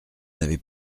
n’avez